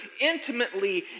intimately